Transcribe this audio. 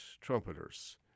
trumpeters